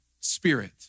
spirit